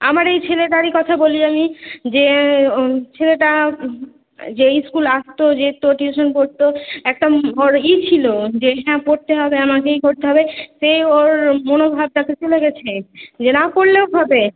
আমার এই ছেলেটারই কথা বলি আমি যে ছেলেটা যে স্কুল আসতো যেত টিউশান পড়তো একটা ওর ই ছিলো যে হ্যাঁ পড়তে হবে আমাকেই করতে হবে সে ওর মনোভাবটা তো চলে গেছে যে না পড়লেও হবে